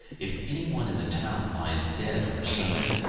if any one in the town lies dead over sunday,